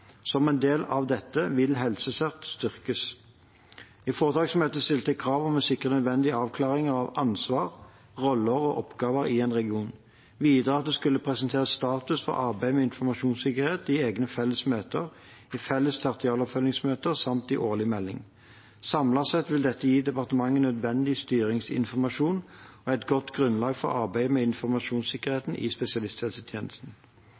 Som en del av dette vil HelseCERT styrkes. I foretaksmøtet stilte jeg krav om å sikre nødvendige avklaringer av ansvar, roller og oppgaver i en region, og videre at det skulle presenteres status for arbeidet med informasjonssikkerhet i egne felles møter, i felles tertialoppfølgingsmøter samt i årlig melding. Samlet sett vil dette gi departementet nødvendig styringsinformasjon og et godt grunnlag for arbeidet med